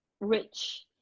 rich